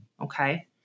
Okay